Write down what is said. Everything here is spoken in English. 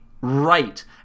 Right